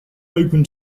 open